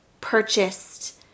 purchased